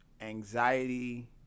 anxiety